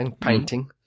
painting